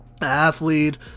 athlete